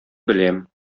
беләм